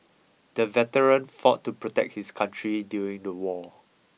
the veteran fought to protect his country during the war